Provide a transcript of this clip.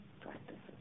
practices